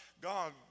God